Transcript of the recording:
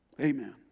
Amen